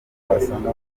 wasanga